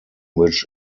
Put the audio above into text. which